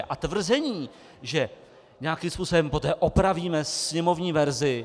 A tvrzení, že nějakým způsobem poté opravíme sněmovní verzi?